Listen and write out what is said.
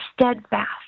steadfast